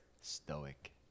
Stoic